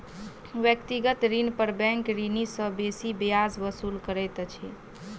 व्यक्तिगत ऋण पर बैंक ऋणी सॅ बेसी ब्याज वसूल करैत अछि